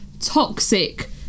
toxic